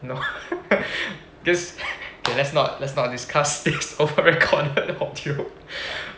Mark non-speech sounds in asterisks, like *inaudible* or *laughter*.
no *laughs* this *laughs* okay let's not let's not discuss this over recorded audio *breath*